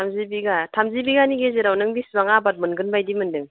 थामजि बिघा थामजि बिघानि गेजेराव नों बेसेबां आबाद मोनगोनबादि मोन्दों